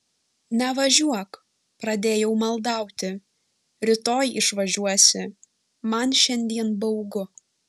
nevažiuok pradėjau maldauti rytoj išvažiuosi man šiandien baugu